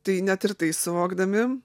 tai net ir tai suvokdami